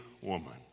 woman